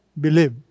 believe